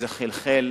זה חלחל,